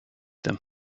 them